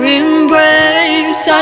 embrace